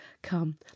come